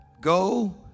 go